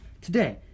Today